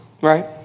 right